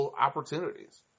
opportunities